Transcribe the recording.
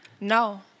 No